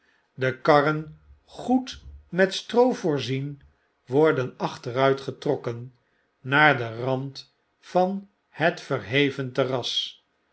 de karren goed met stroo voorzien worden achteruit getrokken naar den rand van het verheven terras